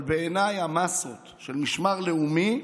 אבל בעיניי, המאסות של משמר לאומי,